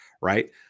Right